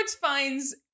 finds